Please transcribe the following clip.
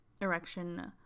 erection